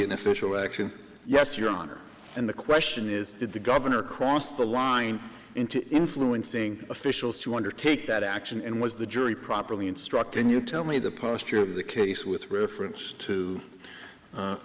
an official action yes your honor and the question is did the governor cross the line into influencing officials to undertake that action and was the jury properly instructed you tell me the posture of the case with reference to u